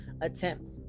attempts